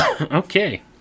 Okay